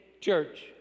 Church